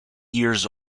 years